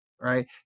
right